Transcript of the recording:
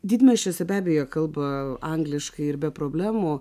didmiesčiuose be abejo kalba angliškai ir be problemų